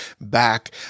back